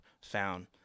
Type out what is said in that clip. found